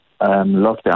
lockdown